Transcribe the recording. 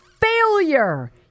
failure